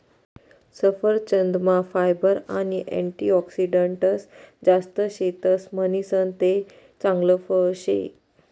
सफरचंदमा फायबर आणि अँटीऑक्सिडंटस जास्त शेतस म्हणीसन ते चांगल फळ शे